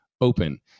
open